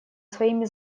своими